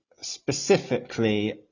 specifically